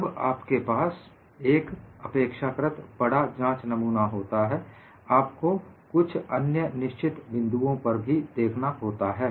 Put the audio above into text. जब आपके पास एक अपेक्षाकृत बड़ा जांच नमूना होता है आपको कुछ अन्य निश्चित बिन्दूओं पर भी देखना होता है